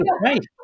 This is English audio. Right